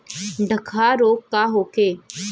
डकहा रोग का होखे?